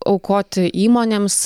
aukoti įmonėms